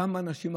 כמה אנשים,